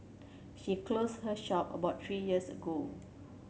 she closed her shop about three years ago